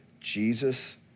Jesus